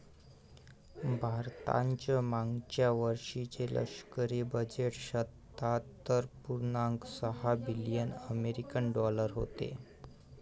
भारताचं मागच्या वर्षीचे लष्करी बजेट शहात्तर पुर्णांक सहा बिलियन अमेरिकी डॉलर होतं